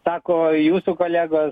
sako jūsų kolegos